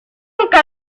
nunca